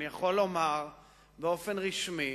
אני יכול לומר באופן רשמי